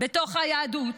בתוך היהדות,